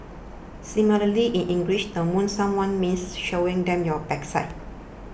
similarly in English the 'moon' someone means showing them your backside